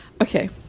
Okay